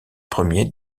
premiers